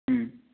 ഉം